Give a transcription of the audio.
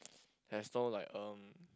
has no like um